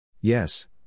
Yes